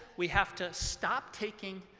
we have to stop taking